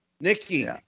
Nikki